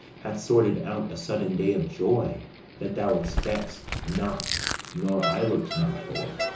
hath sorted out a sudden day of joy that thou expects not nor i look'd not for.